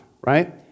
right